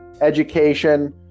education